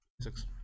Six